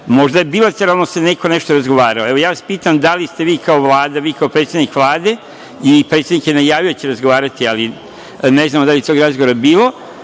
možda je bilateralno neko nešto razgovarao. Evo, ja vas pitam da li ste vi kao Vlada, kao predsednik Vlade i predsednik je najavio da će razgovarati, ali ne znamo da li je tog razgovora bilo,